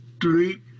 three